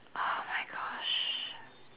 !oh-my-gosh!